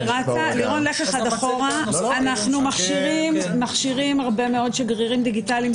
אנחנו מכשירים הרבה מאוד שגרירים דיגיטליים,